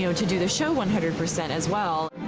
you know to do the show one hundred percent as well.